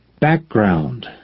Background